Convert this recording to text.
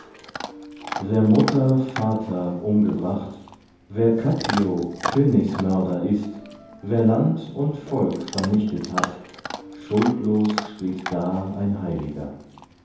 wer mutter vater umgebracht wer khattiyo königsmörder ist wer land und volk vernichtet hat schuldlos steht da ein heiliger